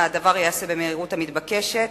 הדבר ייעשה במהירות המתבקשת,